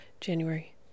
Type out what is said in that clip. January